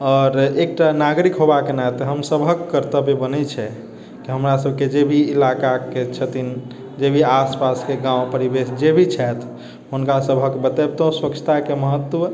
आओर एकटा नागरिक होएबाके नाते हम सभहक कर्तव्य बनैत छै कि हमरा सभकेँ जेभी इलाकाके छथिन जेभी आस पासके गाँव परिवेश जेभी छथि हुनका सभकेँ बतबितहुँ स्वच्छताके महत्व